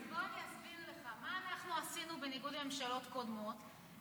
בוא אני אסביר לך מה אנחנו עשינו בניגוד לממשלות קודמות.